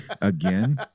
Again